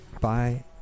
Bye